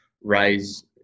Raise